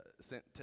sent